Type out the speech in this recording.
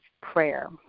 prayer